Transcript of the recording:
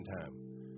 time